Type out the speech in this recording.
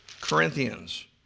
Corinthians